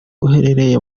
uherereye